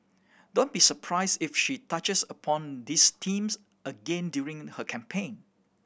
don't be surprise if she touches upon these themes again during her campaign